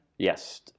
Yes